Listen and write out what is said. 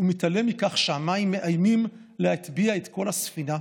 ומתעלם מכך שהמים מאיימים להטביע את כל הספינה,